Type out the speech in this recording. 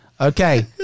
Okay